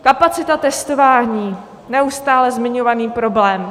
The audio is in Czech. Kapacita testování neustále zmiňovaný problém.